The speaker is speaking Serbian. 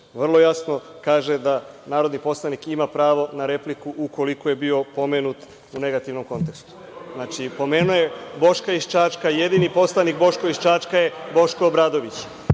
vrlo jasno kaže da narodni poslanik ima pravo na repliku ukoliko je bio pomenut u negativnom kontekstu. Znači, pomenuo je Boška iz Čačka. Jedini poslanik Boško iz Čačka je Boško Obradović.